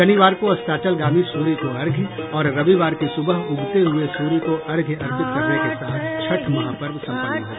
शनिवार को अस्ताचलगामी सूर्य को अर्घ्य और रविवार की सुबह उगते हुये सूर्य को अर्घ्य अर्पित करने के साथ छठ महापर्व सम्पन्न होगा